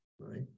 right